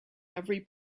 every